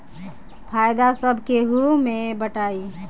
फायदा सब केहू मे बटाई